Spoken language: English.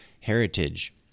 heritage